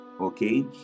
okay